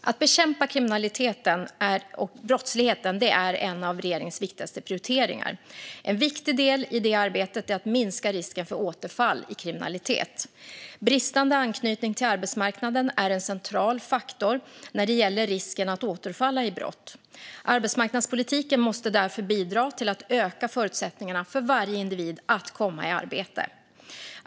Att bekämpa brottsligheten är en av regeringens viktigaste prioriteringar. En viktig del i det arbetet är att minska risken för återfall i kriminalitet. Bristande anknytning till arbetsmarknaden är en central faktor när det gäller risken att återfalla i brott. Arbetsmarknadspolitiken måste därför bidra till att öka förutsättningarna för varje individ att komma i arbete.